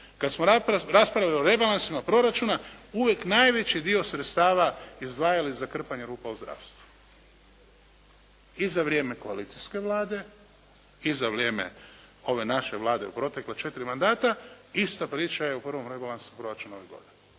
kada smo raspravljali o rebalansima proračuna uvijek najveći dio sredstava izdvajali za krpanje ruba u zdravstvu. I za vrijeme koalicijske Vlade i za vrijeme ove naše Vlade u protekla četiri mandata, ista priča je u prvom rebalansu proračuna ove godine.